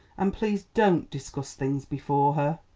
and please don't discuss things before her.